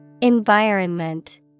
Environment